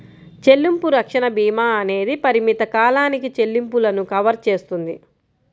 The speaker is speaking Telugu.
చెల్లింపు రక్షణ భీమా అనేది పరిమిత కాలానికి చెల్లింపులను కవర్ చేస్తుంది